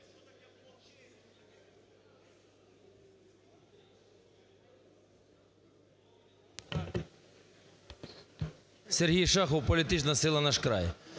Сергій Шахов, політична сила "Наш край".